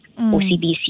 OCBC